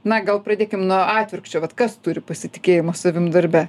na gal pradėkim nuo atvirkščio vat kas turi pasitikėjimo savim darbe